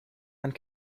and